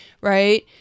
right